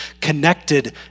connected